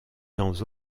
dans